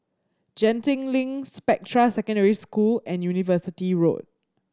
Genting Link Spectra Secondary School and University Road